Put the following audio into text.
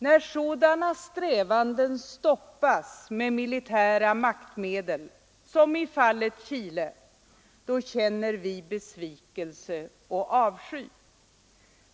När sådana strävanden stoppas med militära maktmedel — som i fallet Chile — känner vi besvikelse och avsky.